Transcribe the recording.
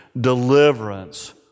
deliverance